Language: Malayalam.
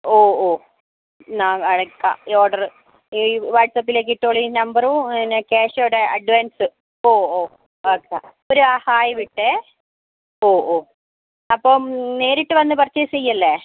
ഒ ഓ നാളെ അയയ്ക്കാം ഈ ഓർഡർ ഈ വാട്സ്ആപ്പിലേക്ക് ഇട്ടോളൂ നമ്പറും പിന്നെ ക്യാഷും ഇവിടെ അഡ്വാൻസ് ഒ ഓ ഓക്കേ ഒരു ഹായ് വിട്ടേ ഒ ഓ അപ്പം നേരിട്ട് വന്ന് പർച്ചേസ് ചെയ്യുവല്ലേ